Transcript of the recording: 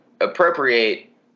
appropriate